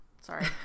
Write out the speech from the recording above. Sorry